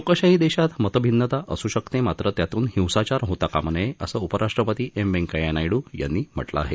लोकशाही देशात मतभिन्नता असू शकते मात्र त्यातून हिंसाचार होत कामा नये असं उपराष्ट्रपती एम व्यंकप्या नायडू यांनी म्हटलं आहे